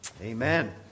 Amen